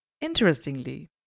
Interestingly